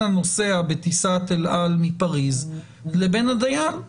הנוסע בטיסת אל על מפריס לבין הדייל?